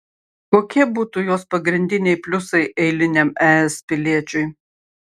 kokie būtų jos pagrindiniai pliusai eiliniam es piliečiui